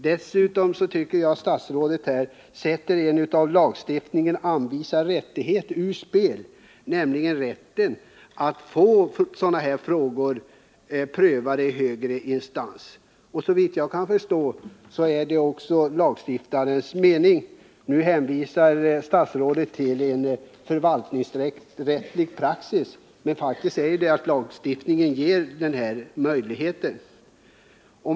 Dessutom tycker jag att statsrådet sätter en av lagstiftningen anvisad rättighet ur spel, nämligen rätten att få sådana frågor prövade i högre instans. Såvitt jag kan förstå är det lagstiftarens mening att detta skall vara möjligt. Nu hänvisar statsrådet till en förvaltningsrättslig praxis, men faktum är ju att lagstiftningen ger den här möjligheten.